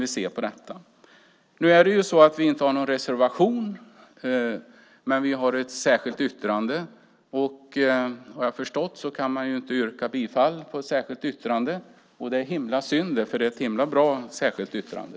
Vi har ingen reservation men ett särskilt yttrande. Det är synd att man inte kan yrka bifall till ett särskilt yttrande, för det är ett himla bra särskilt yttrande.